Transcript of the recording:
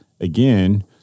again